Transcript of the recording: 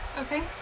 Okay